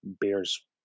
beers